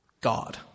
God